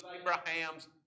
Abraham's